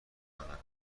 کنم